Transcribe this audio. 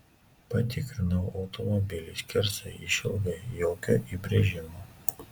patikrinau automobilį skersai išilgai jokio įbrėžimo